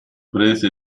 prese